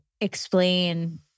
explain